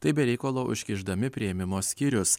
taip be reikalo užkišdami priėmimo skyrius